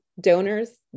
donors